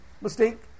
mistake